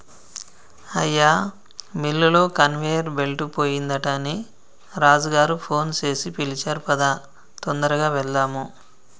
అయ్యా మిల్లులో conveyor belt పోయిందట అని రాజు గారు ఫోన్ సేసి పిలిచారు పదా తొందరగా వెళ్దాము